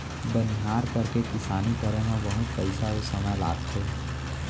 बनिहार करके किसानी करे म बहुत पइसा अउ समय लागथे